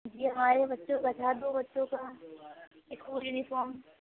جی ہمارے بچوں کا تھا دو بچوں کا اسکول یونیفارم